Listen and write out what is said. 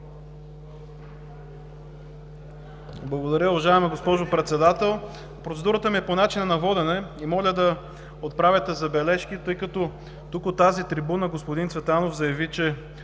Благодаря, уважаема госпожо Председател! Процедурата ми е по начина на водене. Моля да отправяте забележки. Тук, от тази трибуна господин Цветанов заяви, че